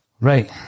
Right